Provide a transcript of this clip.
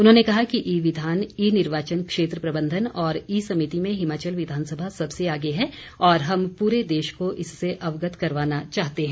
उन्होंने कहा कि ई विधान ई निर्वाचन क्षेत्र प्रबंधन और ई समिति में हिमाचल विधानसभा सबसे आगे है और हम पूरे देश को इससे अवगत करवाना चाहते हैं